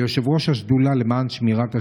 כיושב-ראש השדולה למען שמירת השבת,